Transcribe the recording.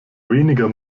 weniger